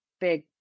big